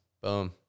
Boom